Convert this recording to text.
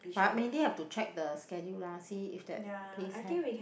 but mainly have to check the schedule lah see if that place have